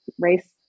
race